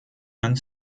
and